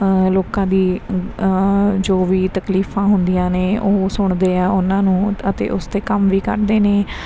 ਲੋਕਾਂ ਦੀ ਜੋ ਵੀ ਤਕਲੀਫਾਂ ਹੁੰਦੀਆਂ ਨੇ ਉਹ ਸੁਣਦੇ ਆ ਉਹਨਾਂ ਨੂੰ ਅਤੇ ਉਸਦੇ ਕੰਮ ਵੀ ਕਰਦੇ ਨੇ